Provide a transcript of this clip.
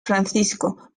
francisco